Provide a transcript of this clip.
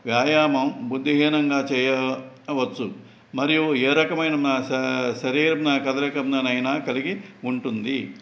వ్యాయామం బుద్ధిహీనంగా చేయవచ్చు మరియు ఏ రకమైన శా శరీరంనా కదలికను అయినా కలిగి ఉంటుంది